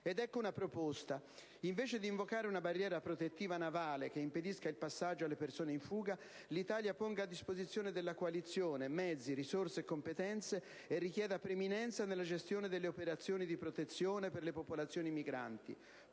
Ed ecco una proposta. Invece di invocare una barriera protettiva navale che impedisca il passaggio alle persone in fuga, l'Italia ponga a disposizione della coalizione mezzi, risorse e competenze e richieda preminenza nella gestione delle operazioni di protezione per le popolazioni migranti.